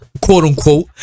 quote-unquote